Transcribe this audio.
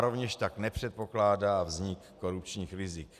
Rovněž tak nepředpokládá vznik korupčních rizik.